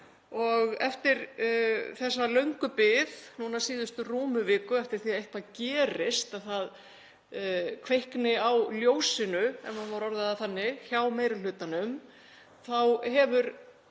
og eftir þessa löngu bið núna síðustu rúmu viku eftir því að eitthvað gerist, að það kvikni á ljósinu, ef maður má orða það þannig, hjá meiri hlutanum þá hefur